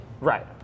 Right